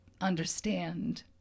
understand